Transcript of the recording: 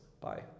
Bye